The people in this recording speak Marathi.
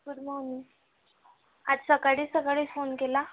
गुड मॉर्निंग आज सकाळी सकाळी फोन केला